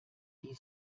die